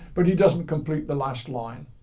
but he doesn't complete the last line.